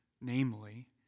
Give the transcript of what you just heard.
namely